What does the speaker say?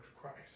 Christ